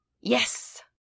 Yes